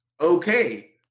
Okay